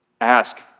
Ask